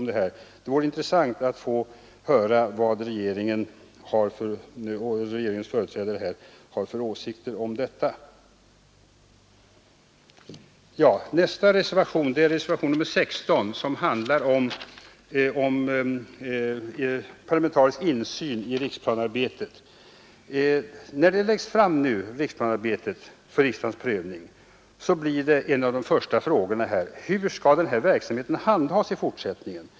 Det vore intressant att få höra vad regeringens företrädare här har för åsikter om detta. Reservationen 16 handlar om parlamentarisk insyn i riksplanearbetet. När riksplanearbetet nu läggs fram för riksdagens prövning, blir en av de första frågorna: Hur skall denna verksamhet handhas i fortsättningen?